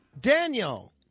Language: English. Daniel